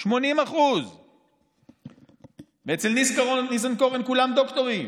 80%. אצל ניסנקורן כולם דוקטורים,